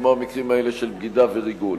כמו המקרים האלה של בגידה וריגול.